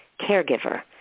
Caregiver